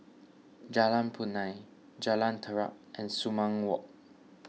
Jalan Punai Jalan Terap and Sumang Walk